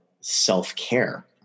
self-care